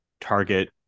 target